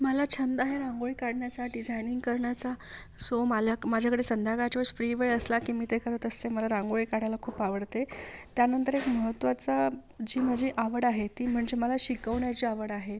मला छंद आहे रांगोळी काढण्याचा डिझायनिंग करण्याचा सो माल्या माझ्याकडे संध्याकाळच्या फ्री वेळ असला की मी ते करत असते मला रांगोळी काढायला खूप आवडते त्यानंतर एक महत्त्वाचा जी माझी आवड आहे ती म्हणजे मला शिकवण्याची आवड आहे